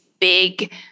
big